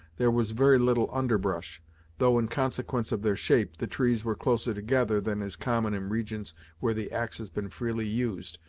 there was very little underbrush though, in consequence of their shape, the trees were closer together than is common in regions where the axe has been freely used,